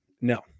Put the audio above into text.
No